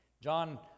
John